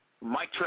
Mike